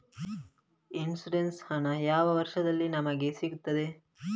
Insurance ಹಣ ಯಾವ ವರ್ಷದಲ್ಲಿ ನಮಗೆ ಸಿಗುತ್ತದೆ?